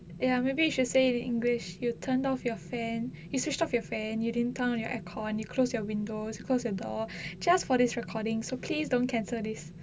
ya maybe you should say in english you turned off your fan you switched off your fan you didn't turn on your aircon you close your windows you closed the door just for this recording so please don't cancel this